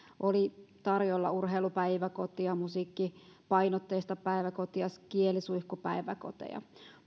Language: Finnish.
oli tarjolla urheilupäiväkotia musiikkipainotteista päiväkotia kielisuihkupäiväkoteja